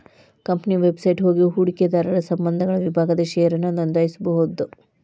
company website ಹೋಗಿ ಹೂಡಕಿದಾರರ ಸಂಬಂಧಗಳ ವಿಭಾಗದಾಗ ಷೇರನ್ನ ನೋಂದಾಯಿಸಬೋದು